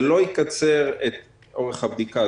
זה לא יקצר את אורך הבדיקה.